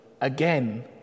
again